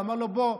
אמר לו: בוא,